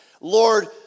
Lord